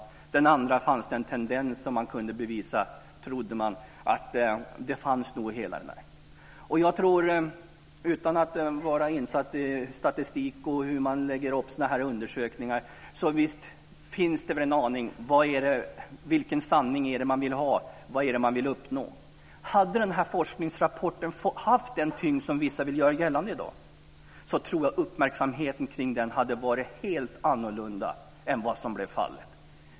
Med den andra fann man en tendens till samband som man trodde sig kunna bevisa. Utan att vara insatt i statistik och hur man lägger upp sådana här undersökningar finns det väl en aning, vilken sanning är det man vill ha, vad är det man vill uppnå? Hade den här forskningsrapporten haft den tyngd som vissa vill göra gällande i dag, tror jag att uppmärksamheten kring den hade varit helt annorlunda än som blev fallet.